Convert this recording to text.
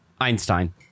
Einstein